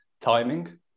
timing